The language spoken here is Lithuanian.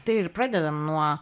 tai ir pradedam nuo